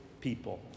people